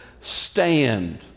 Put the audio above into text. stand